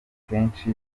akenshi